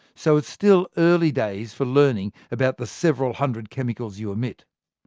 so it's still early days for learning about the several hundred chemicals you emit.